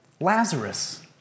Lazarus